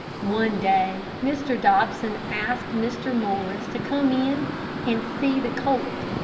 one day mr. dobson asked mr. morris to come in and see the colt,